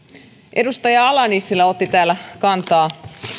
edustaja ala nissilä otti täällä kantaa